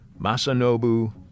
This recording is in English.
Masanobu